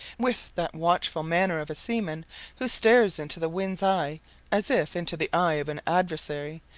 with that watchful manner of a seaman who stares into the winds eye as if into the eye of an adversary,